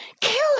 kill